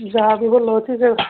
ଯାହା ବି ଭଲ ଅଛି ସେ